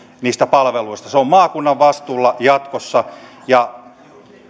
niistä palveluista se on maakunnan vastuulla jatkossa on